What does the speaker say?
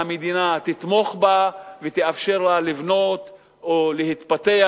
שהמדינה תתמוך בה ותאפשר לה לבנות או להתפתח